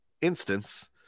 instance